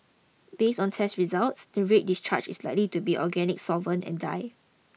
based on test results the red discharge is likely to be organic solvent and dye